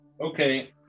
Okay